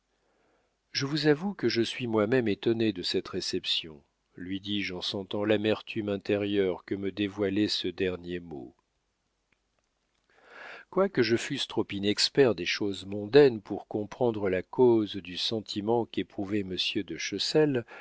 je vous avoue que je suis moi-même étonné de cette réception lui dis-je en sentant l'amertume intérieure que me dévoilait ce dernier mot quoique je fusse trop inexpert des choses mondaines pour comprendre la cause du sentiment qu'éprouvait monsieur de chessel